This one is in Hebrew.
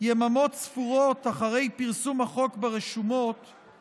יממות ספורות אחרי פרסום החוק ברשומות,